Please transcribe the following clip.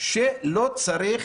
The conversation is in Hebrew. שלא צריך